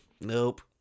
Nope